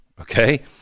Okay